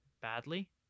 badly